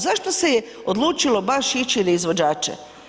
Zašto se je odlučilo baš ići na izvođače?